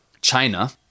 China